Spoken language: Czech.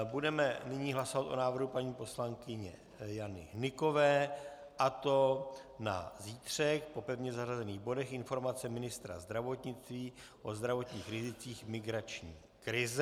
Budeme nyní hlasovat o návrhu paní poslankyně Jany Hnykové, a to na zítřek po pevně zařazených bodech Informace ministra zdravotnictví o zdravotních rizicích imigrační krize.